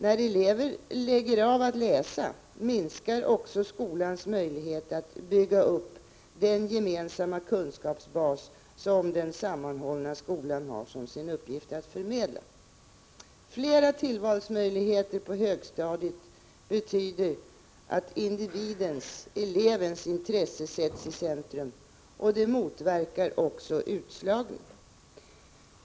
När elever lägger av att läsa, minskar också skolans möjlighet att bygga upp den gemensamma kunskapsbas som den sammanhållna skolan har som sin uppgift att förmedla. Flera tillvalsmöjligheter på högstadiet betyder att individens, elevens, intresse sätts i centrum, och det motverkar också utslagning.